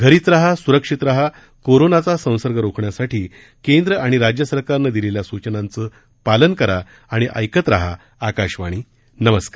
घरीच रहा स्रक्षित रहा कोरोनाचा संसर्ग रोखण्यासाठी केंद्र आणि राज्य सरकारनं दिलेल्या सूचनांचं पालन करा आणि ऐकत रहा आकाशवाणी नमस्कार